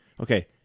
Okay